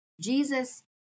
Jesus